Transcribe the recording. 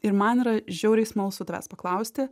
ir man yra žiauriai smalsu tavęs paklausti